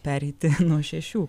pereiti nuo šešių